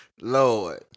Lord